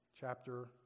chapter